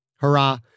hurrah